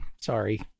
Sorry